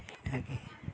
ᱤᱱᱟᱹᱜᱮ